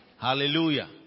Hallelujah